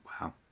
Wow